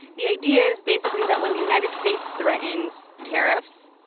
the idea is basically that when the united states threatens tariffs,